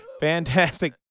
fantastic